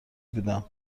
بودم